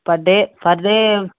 per day per day